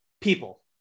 people